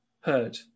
heard